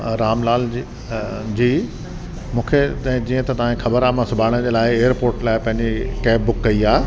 रामलाल जी जी मूंखे तंहिं जीअं त तव्हांखे ख़बर आहे मां सुभाणे जे लाए एयरपोट लाए पंहिंजी कैब बुक कई आहे